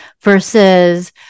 versus